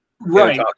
right